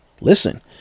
listen